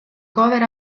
cover